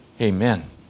Amen